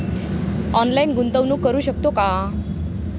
Online गुंतवणूक करू शकतो का?